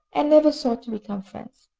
and never sought to become friends.